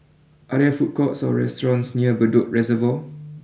are there food courts or restaurants near Bedok Reservoir